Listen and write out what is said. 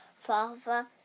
father